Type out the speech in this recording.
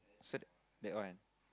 so that one